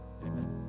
amen